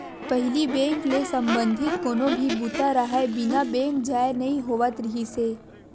पहिली बेंक ले संबंधित कोनो भी बूता राहय बिना बेंक जाए नइ होवत रिहिस हे